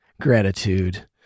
gratitude